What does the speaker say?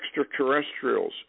extraterrestrials